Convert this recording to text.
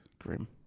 Grim